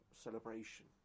celebration